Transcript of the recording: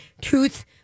truth